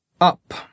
up